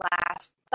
last